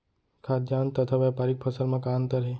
खाद्यान्न तथा व्यापारिक फसल मा का अंतर हे?